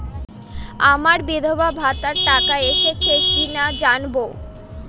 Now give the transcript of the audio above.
আমার বিধবাভাতার টাকা এসেছে কিনা জানাবেন?